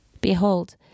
Behold